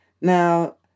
Now